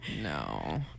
no